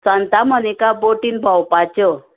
सांता मोनिका बोटीन भोंवपाच्यो